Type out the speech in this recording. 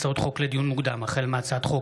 הצעות חוק לדיון מוקדם החל בהצעת חוק